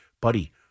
Buddy